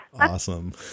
Awesome